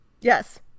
yes